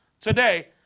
today